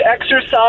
exercise